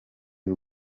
y’u